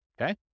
okay